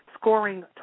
scoring